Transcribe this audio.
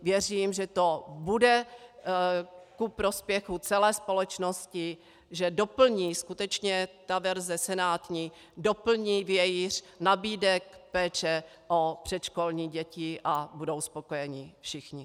Věřím, že to bude ku prospěchu celé společnosti, že doplní skutečně ta verze senátní doplní vějíř nabídek péče o předškolní děti a budou spokojeni všichni.